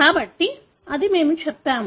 కాబట్టి అదే మేము చెప్పాము